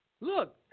Look